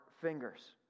fingers